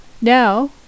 Now